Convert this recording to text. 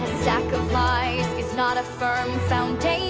stack of lies is not a firm and foundation